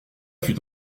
fut